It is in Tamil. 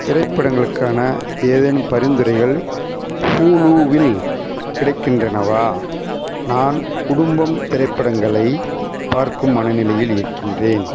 திரைப்படங்களுக்கான ஏதேனும் பரிந்துரைகள் ஹுலுவில் கிடைக்கின்றனவா நான் குடும்பம் திரைப்படங்களை பார்க்கும் மனநிலையில் இருக்கின்றேன்